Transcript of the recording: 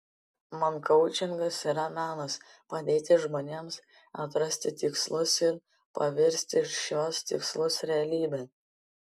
man koučingas yra menas padėti žmonėms atrasti tikslus ir paversti šiuos tikslus realybe